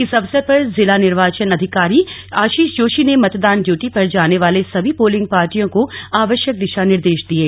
इस अवसर पर जिला निर्वाचन अधिकारी आशीष जोशी ने मतदान ड्यूटी पर जाने वाले सभी पोलिंग पार्टियों को आवश्यक दिशा निर्देश दिये